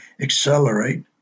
accelerate